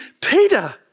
Peter